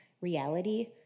reality